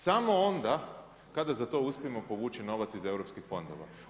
Samo onda kada za to uspijemo povući novac iz europskih fondova.